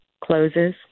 closes